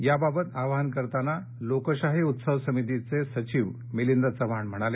याबाबत आवाहन करताना लोकशाही उत्सव समितीचे सचिव मिलिंद चव्हाण म्हणाले